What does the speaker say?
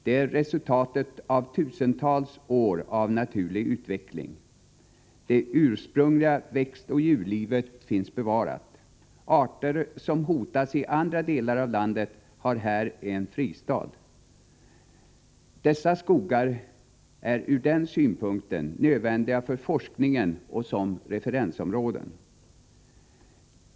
De är resultatet av tusentals år av naturlig utveckling. Det ursprungliga växtoch djurlivet finns bevarat. Arter som hotas i andra delar av landet har här en fristad. Dessa skogar är från naturvårdssynpunkt nödvändiga för forskningen och som referensområden.